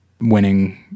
winning